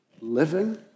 Living